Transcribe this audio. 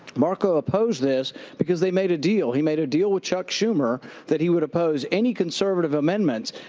marco opposed this because they made a deal. he made a deal with chuck schumer that he would oppose any conservative amendments.